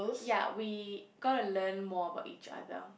ya we got to learn more about each other